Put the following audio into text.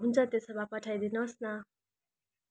हुन्छ त्यसो भए पठाइ दिनुहोस् न